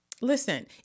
listen